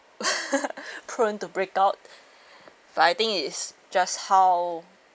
prone to break out but I think it's just how